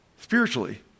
spiritually